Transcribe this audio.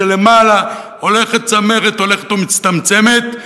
שלמעלה הולכת הצמרת ומצטמצמת,